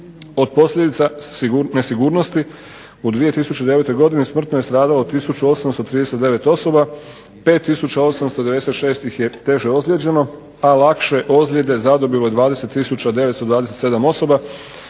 Od posljedica nesigurnosti u 2009. godini smrtno je stradalo tisuću 839 osoba, 5 tisuća 896 ih je teže ozlijeđeno, a lakše ozljede zadobilo je 20 tisuća